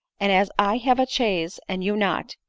and as i have a chaise, and you not,